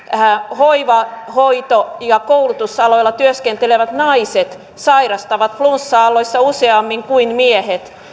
hoiva hoito ja koulutusaloilla työskentelevät naiset sairastavat flunssa aalloissa useammin kuin miehet